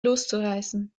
loszureißen